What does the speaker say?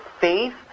faith